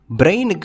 brain